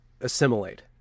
assimilate